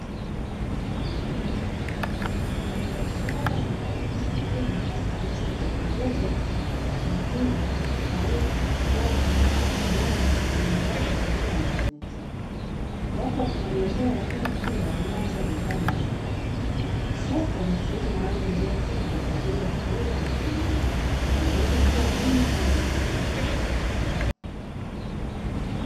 Mfanyabiashara mwanaume sokoni anauza mbogamboga, matunda, karoti, hoho, nyanya, biringanya, pamoja na nyanya chungu, wapo wafanyabiashara wengine pia wanaouza bidhaa mbalimbali. Soko ni sehemu maalumu iliyotengwa kwa ajili ya kuuza na kununua inaweza kuwa jumla au rejareja.